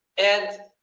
and,